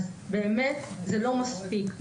זה באמת לא מספיק.